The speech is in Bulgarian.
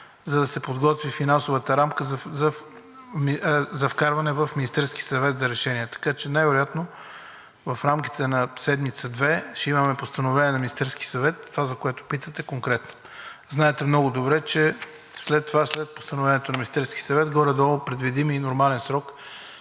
за да се подготви финансовата рамка за вкарване в Министерския съвет за решение, така че най-вероятно в рамките на седмица-две ще имаме постановление на Министерския съвет – това, за което питате конкретно. Знаете много добре, че след постановлението на Министерския съвет горе-долу предвидимият и нормален срок